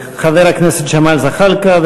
חבר הכנסת ג'מאל זחאלקה,